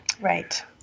Right